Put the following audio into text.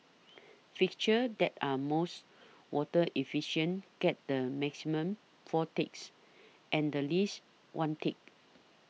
fixtures that are most water efficient get the maximum four ticks and the least one tick